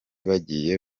bagiye